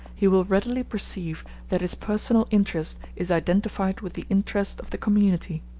he will readily perceive that his personal interest is identified with the interest of the community.